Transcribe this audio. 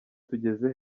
tugeze